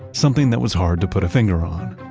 something that was hard to put a finger on.